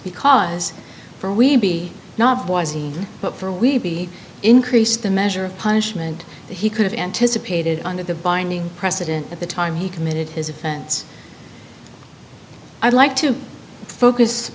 because for we be not boise but for we increase the measure of punishment that he could have anticipated under the binding precedent at the time he committed his offense i'd like to focus